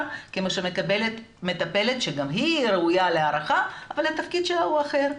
כמו שמקבלת מטפלת שגם היא ראויה להערכה אבל התפקיד שלה הוא אחר,